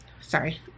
sorry